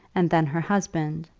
and then her husband,